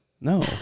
no